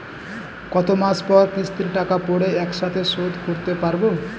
কত মাস পর কিস্তির টাকা পড়ে একসাথে শোধ করতে পারবো?